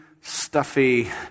stuffy